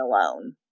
alone